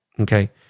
Okay